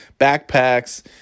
Backpacks